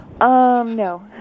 no